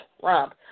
Trump